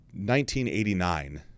1989